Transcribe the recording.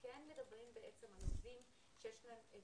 כן מדברים בעצם על נושאים שיש להם את